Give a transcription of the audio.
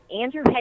Andrew